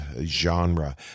genre